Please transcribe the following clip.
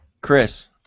Chris